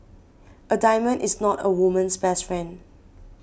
a diamond is not a woman's best friend